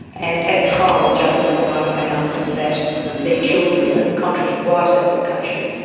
and at trial judge mcguire found that the children, contrary to the wife's application,